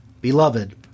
Beloved